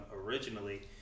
originally